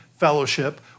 fellowship